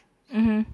mmhmm